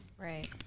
Right